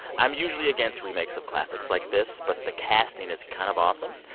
i'm usually against remakes of classics like this, but the casting is kind of awesome.